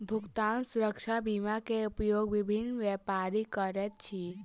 भुगतान सुरक्षा बीमा के उपयोग विभिन्न व्यापारी करैत अछि